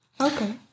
Okay